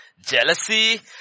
jealousy